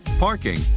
parking